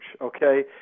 okay